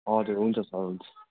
हजुर हुन्छ सर हुन्छ